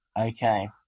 Okay